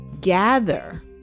gather